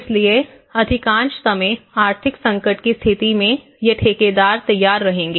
इसलिए अधिकांश समय आर्थिक संकट की स्थिति में ये ठेकेदार तैयार रहेंगे